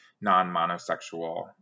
non-monosexual